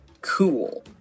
cool